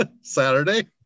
Saturday